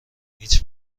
هیچ